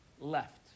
left